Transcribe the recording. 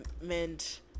meant